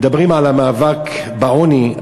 מדברים על המאבק בעוני,